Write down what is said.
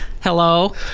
hello